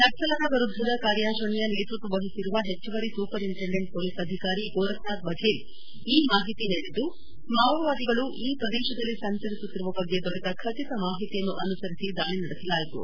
ನಕ್ಸಲರ ವಿರುದ್ದದ ಕಾರ್ಯಾಚರಣೆಯ ನೇತೃತ್ವ ವಹಿಸಿರುವ ಹೆಚ್ಚುವರಿ ಸೂಪರಿಟೆಂಡೆಂಟ್ ಮೊಲೀಸ್ ಅಧಿಕಾರಿ ಗೋರಕ್ನಾಥ್ ಬಫೇಲ್ ಈ ಮಾಹಿತಿ ನೀಡಿದ್ಲು ಮಾವೋವಾದಿಗಳು ಈ ಪ್ರದೇಶದಲ್ಲಿ ಸಂಚರಿಸುತ್ತಿರುವ ಬಗ್ಗೆ ದೊರೆತ ಖಚಿತ ಮಾಹಿತಿಯನ್ನು ಅನುಸರಿಸಿ ದಾಳಿ ನಡೆಸಲಾಯಿತು